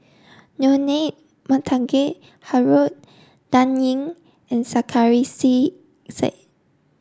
Leonard Montague Harrod Dan Ying and Sarkasi Said